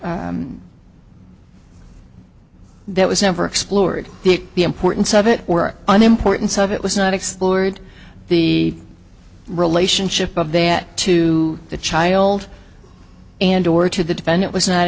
and that was never explored the importance of it or an importance of it was not explored the relationship of that to the child and or to the defendant was not